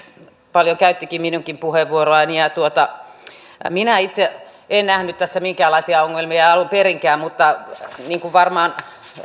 paljon käyttikin minunkin puheenvuoroani minä itse en nähnyt tässä minkäänlaisia ongelmia alun perinkään mutta niin kuin varmaan